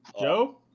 Joe